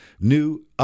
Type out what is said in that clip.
new